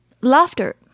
laughter